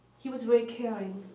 he was very caring.